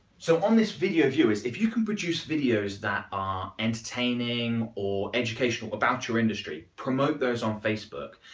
so on the video viewers, if you can produce videos that are entertaining or educational about your industry. promote those on facebook,